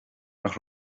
nach